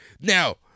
Now